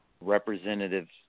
representatives